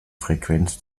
frequenz